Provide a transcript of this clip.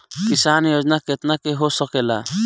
किसान योजना कितना के हो सकेला?